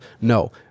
no